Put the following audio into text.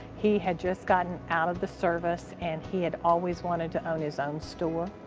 he had just gotten out of the service, and he had always wanted to own his own store.